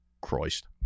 Christ